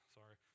sorry